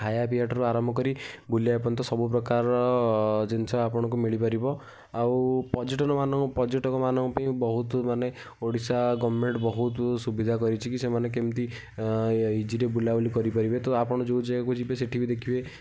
ଖାଇବା ପିଆଠାରୁ ଆରମ୍ଭ କରି ବୁଲିବା ପର୍ଯ୍ୟନ୍ତ ସବୁପ୍ରକାର ଜିନଷ ଆପଣାକୁ ମିଳିପାରିବ ଆଉ ପର୍ଯ୍ୟଟନମାନଙ୍କୁ ପର୍ଯ୍ୟଟକମାନଙ୍କ ପାଇଁ ବହୁତ ମାନେ ଓଡ଼ିଶା ଗଭର୍ଣ୍ଣମେଣ୍ଟ୍ ବହୁତ ସୁବିଧା କରିଛି କି ସେମାନେ କେମତି ଇଜିରେ ବୁଲାବୁଲି କରିପାରିବେ ତ ଆପଣ ଯେଉଁ ଯାଗାକୁ ଯିବେ ସେଠିବି ଦେଖିବେ